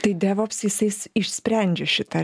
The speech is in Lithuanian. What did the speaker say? tai devops jisai išsprendžia šitą